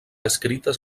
escrites